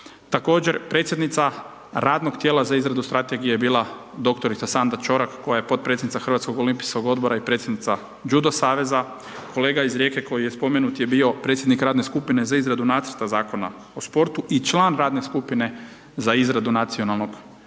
također, predsjednica radnog tijela za izradu strategija je bila doktorica Sandra Čorak, koja je potpredsjednica Hrvatskog olimpijskog odbora i predsjednica Judo saveza, kolega iz Rijeke koji je spomenut je bio predsjednik radne skupine za izradu nacrta zakona o sportu i član radne skupine za izradu Nacionalnog vijeća